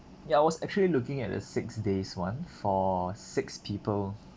ya I was actually looking at the six days [one] for six people